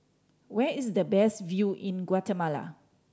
where is the best view in Guatemala